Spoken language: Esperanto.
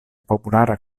populara